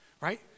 right